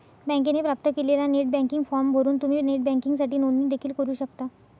बँकेने प्राप्त केलेला नेट बँकिंग फॉर्म भरून तुम्ही नेट बँकिंगसाठी नोंदणी देखील करू शकता